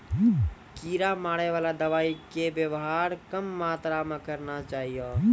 कीड़ा मारैवाला दवाइ के वेवहार कम मात्रा मे करना चाहियो